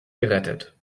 gerettet